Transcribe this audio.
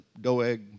Doeg